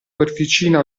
porticina